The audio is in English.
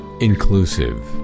inclusive